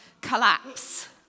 collapse